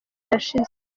yashize